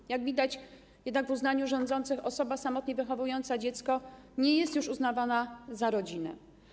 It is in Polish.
Jak jednak widać, w uznaniu rządzących osoba samotnie wychowująca dziecko nie jest już uznawana za rodzinę.